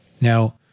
Now